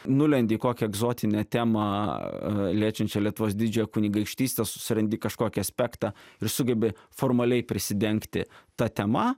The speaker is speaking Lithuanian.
nulendi į kokią egzotinę temą liečiančią lietuvos didžiąją kunigaikštystę susirandi kažkokį aspektą ir sugebi formaliai prisidengti ta tema